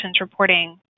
reporting